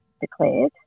declared